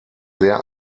sehr